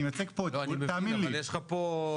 אני מייצג פה --- אבל יש לך פה עמיתים שלך שצריכים לדבר.